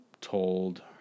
told